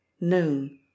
known